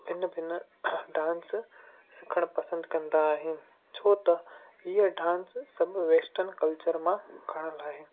भिन्न भिन्न डांस सिखणु पसंदि कंदा आहिनि छो त हीअ डांस सभु वेस्टर्न कल्चर मां खणंदा आहिनि